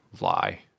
lie